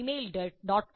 com